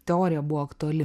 teorija buvo aktuali